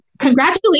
congratulations